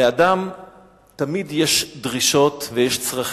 לאדם תמיד יש דרישות ויש צרכים.